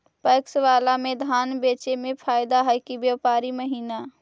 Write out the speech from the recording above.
PACS बाला में धान बेचे मे फायदा है कि व्यापारी महिना?